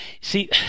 See